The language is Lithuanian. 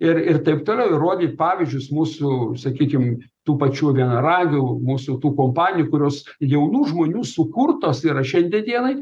ir ir taip toliau ir rodyt pavyzdžius mūsų sakykim tų pačių vienaragių mūsų tų kompanijų kurios jaunų žmonių sukurtos yra šiandien dienai